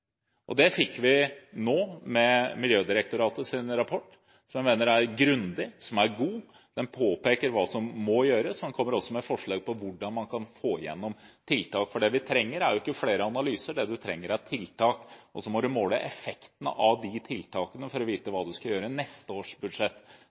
Det jeg vil vite, er effekten av det endelige budsjettet, som til slutt vedtas i desember. Det er viktig. Det fikk vi nå med Miljødirektoratets rapport, som jeg mener er grundig og god. Den påpeker hva som må gjøres, og den kommer også med forslag om hvordan man kan få gjennom tiltak – for det vi trenger, er jo ikke flere analyser.